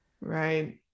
right